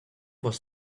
was